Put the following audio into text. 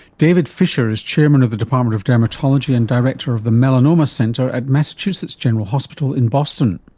david fisher is chairman of the department of dermatology and director of the melanoma center at massachusetts general hospital in boston.